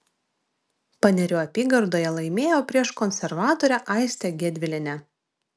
panerių apygardoje laimėjo prieš konservatorę aistę gedvilienę